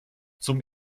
zum